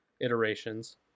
iterations